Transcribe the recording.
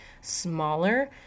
smaller